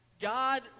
God